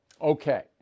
Okay